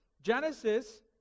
Genesis